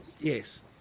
yes